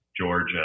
Georgia